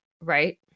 right